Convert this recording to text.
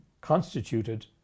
constituted